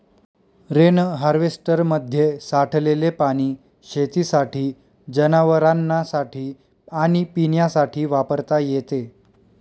rain हार्वेस्टरमध्ये साठलेले पाणी शेतीसाठी, जनावरांनासाठी आणि पिण्यासाठी वापरता येते